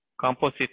composite